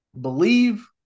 believe